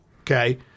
okay